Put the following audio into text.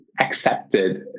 accepted